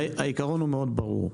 העיקרון הוא מאוד ברור,